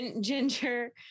Ginger